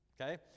Okay